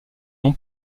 non